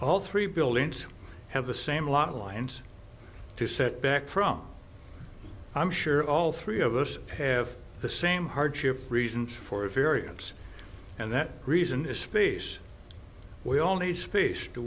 all three buildings have the same lot lines to set back from i'm sure all three of us have the same hardship reasons for a variance and that reason is space we all need space to